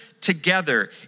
together